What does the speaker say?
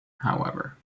however